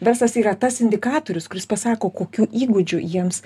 verslas yra tas indikatorius kuris pasako kokių įgūdžių jiems